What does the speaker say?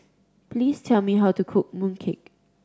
please tell me how to cook mooncake